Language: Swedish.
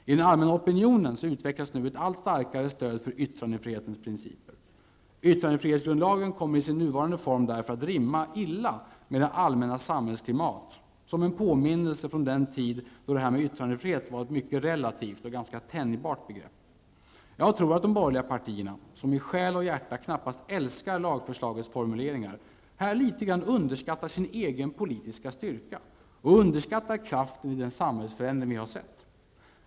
I den allmänna opinionen utvecklas nu ett allt starkare stöd för yttrandefrihetens principer. Yttrandefrihetsgrundlagen kommer i sin nuvarande form därför att rimma illa med det allmänna samhällsklimatet och vara en påminnelse från den tid då det där med yttrandefrihet var ett mycket relativt och ganska tänjbart begrepp. Jag tror att de borgerliga politikerna, som i själ och hjärta knappast älskar lagförslagets formuleringar, här underskattar sin egen politiska styrka och underskattar kraften i den samhällsförändring som vi har sett.